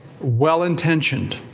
Well-intentioned